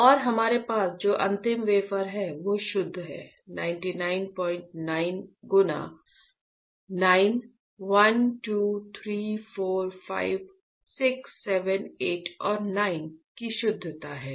तो और हमारे पास जो अंतिम वेफर है वह शुद्ध है 999 गुना 9 1 2 3 4 5 6 7 8 और 9 की शुद्धता है